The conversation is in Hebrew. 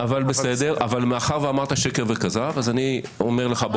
מאחר ואמרת שקר וכזב, אני אומר לך באותה מטבע.